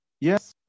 yes